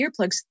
earplugs